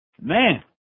Man